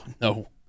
No